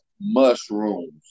Mushrooms